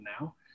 now